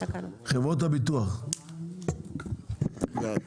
חברות הביטוח, בבקשה.